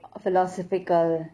philosophical